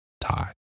tie